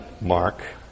mark